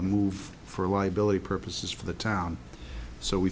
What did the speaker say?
move for liability purposes for the town so we